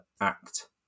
Act